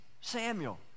Samuel